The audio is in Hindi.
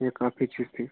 ये काफी चीज थी